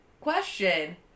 question